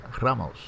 Ramos